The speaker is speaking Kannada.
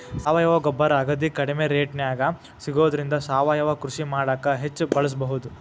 ಸಾವಯವ ಗೊಬ್ಬರ ಅಗದಿ ಕಡಿಮೆ ರೇಟ್ನ್ಯಾಗ ಸಿಗೋದ್ರಿಂದ ಸಾವಯವ ಕೃಷಿ ಮಾಡಾಕ ಹೆಚ್ಚ್ ಬಳಸಬಹುದು